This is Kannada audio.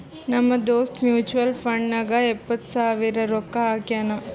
ನಮ್ ದೋಸ್ತ ಮ್ಯುಚುವಲ್ ಫಂಡ್ ನಾಗ್ ಎಪ್ಪತ್ ಸಾವಿರ ರೊಕ್ಕಾ ಹಾಕ್ಯಾನ್